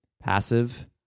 Passive